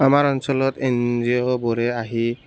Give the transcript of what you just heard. আমাৰ অঞ্চলত N G O বোৰে আহি